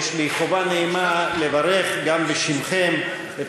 יש לי חובה נעימה לברך גם בשמכם את